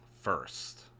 first